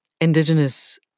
indigenous